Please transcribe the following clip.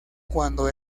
cuando